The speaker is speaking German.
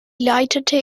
leitete